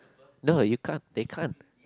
no you can't they can't